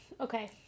Okay